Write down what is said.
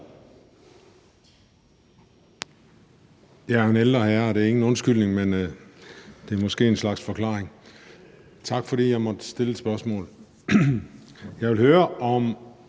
Jeg vil høre, om